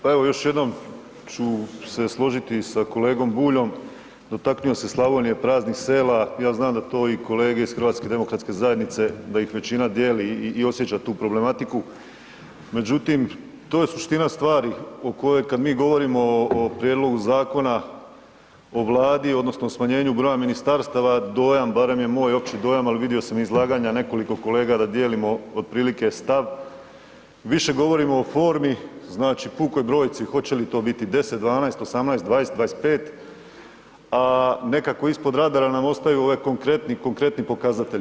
Pa evo još jednom ću se složiti sa kolegom Buljom, dotaknuo se Slavonije, praznih sela, ja znam da to i kolege iz HDZ-a da ih većina dijeli i osjeća tu problematiku, međutim, to je suština stvari o kojoj, kad mi govorimo o Prijedlogu Zakona o Vladi, odnosno o smanjenju broja ministarstava, dojam, barem je moj opći dojam, ali vidio sam izlaganja i nekoliko kolega da dijelimo otprilike stav, više govorimo o formi znači pukoj brojci hoće li to biti 10, 12, 18, 20, 25, a nekako ispod radara nam ostaju ovi konkretni, konkretni pokazatelji.